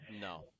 No